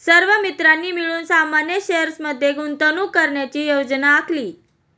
सर्व मित्रांनी मिळून सामान्य शेअर्स मध्ये गुंतवणूक करण्याची योजना आखली